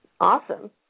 Awesome